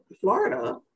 Florida